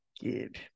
good